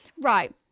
Right